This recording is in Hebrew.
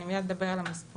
אני מיד אדבר על המספרים.